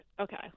okay